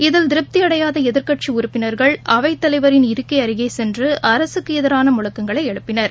இதில் திருப்தியடையாத எதிர்க்கட்சி உறுப்பினர்கள் அவைத்தலைவரின் இருக்கை அருகே சென்று அரசுக்கு எதிரான முழக்கங்களை எழுப்பினர்